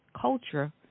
culture